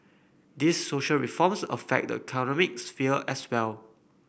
these social reforms affect the sphere as well